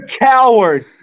coward